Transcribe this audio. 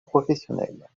professionnelle